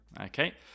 Okay